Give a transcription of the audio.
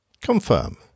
Confirm